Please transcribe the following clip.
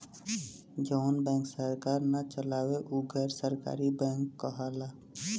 जवन बैंक सरकार ना चलावे उ गैर सरकारी बैंक कहाला